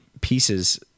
pieces